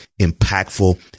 impactful